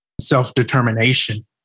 self-determination